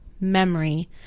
memory